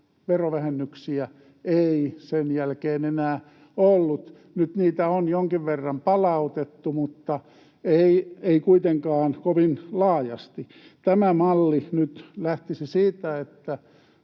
verovähennyksiä ei sen jälkeen enää ollut. Nyt niitä on jonkin verran palautettu mutta ei kuitenkaan kovin laajasti. Tämä malli lähtisi nyt siitä,